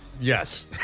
Yes